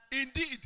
indeed